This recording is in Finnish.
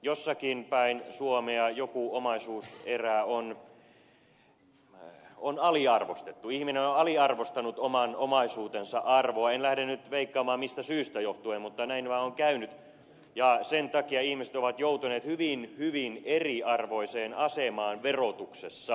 jossakin päin suomea joku omaisuuserä on aliarvostettu ihminen on aliarvostanut oman omaisuutensa arvoa en lähde nyt veikkaamaan mistä syystä johtuen mutta näin vaan on käynyt ja sen takia ihmiset ovat joutuneet hyvin hyvin eriarvoiseen asemaan verotuksessa